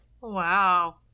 wow